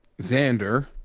Xander